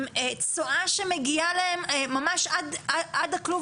עם צואה שמגיעה להם ממש עד הכלוב.